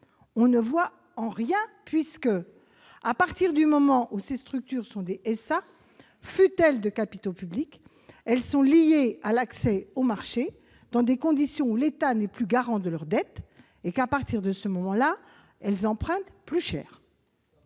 ? Nullement, puisque, à partir du moment où ces structures sont des SA, fussent-elles de capitaux publics, elles sont liées à l'accès au marché dans des conditions où l'État n'est plus garant de leur dette et, par conséquent, elles empruntent plus cher.